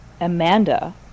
Amanda